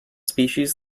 species